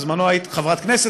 בזמנו היית חברת כנסת,